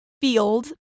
field